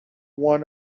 one